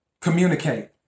Communicate